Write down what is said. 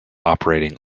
operating